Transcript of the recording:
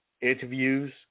interviews